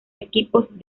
equipos